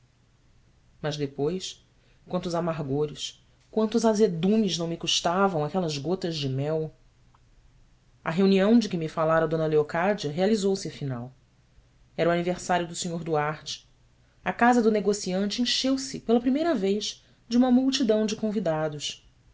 mas depois quantos amargores quantos azedumes não me custavam aquelas gotas de mel a reunião de que me falara d leocádia realizou se afinal era o aniversário do sr duarte a casa do negociante encheu-se pela primeira vez de uma multidão de convidados